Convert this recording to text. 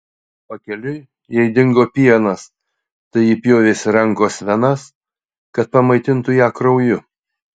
pakeliui jai dingo pienas tai ji pjovėsi rankos venas kad pamaitintų ją krauju